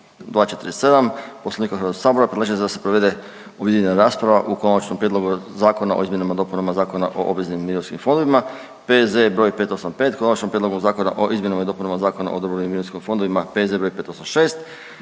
247. Poslovnika HS predlažem da se provede objedinjena rasprava o Konačnom prijedlogu zakona o izmjenama i dopunama Zakona o obveznim mirovinskim fondovima P.Z. br. 585., Konačnom prijedlogu zakona o izmjenama i dopunama Zakona o dobrovoljnim mirovinskim fondovima, P.Z.E. br. 586.,